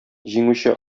җиңүче